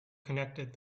connected